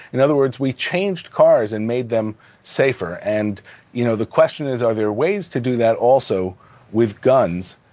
in other words, we changed cars and made them safer. and you know the question is are there ways to do that also with guns?